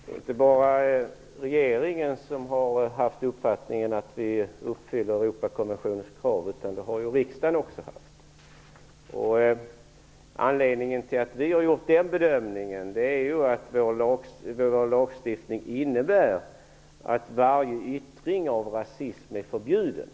Fru talman! Det är inte bara regeringen som har haft uppfattningen att vi uppfyller Europakonventionens krav. Den uppfattningen har också riksdagen haft. Anledningen till att vi har gjort den bedömningen är ju att vår lagstiftning innebär att varje yttring av rasism är förbjuden.